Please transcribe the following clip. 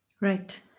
right